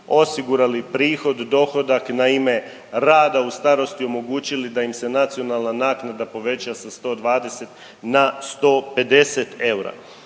osigurali prihod dohodak na ime rada u starosti omogućili da im se nacionalna naknada poveća sa 120 na 150 eura.